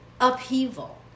upheaval